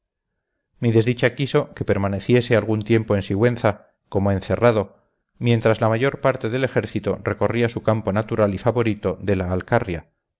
mi desdicha quiso que permaneciese algún tiempo en sigüenza como encerrado mientras la mayor parte del ejército recorría su campo natural y favorito de la alcarria